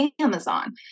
Amazon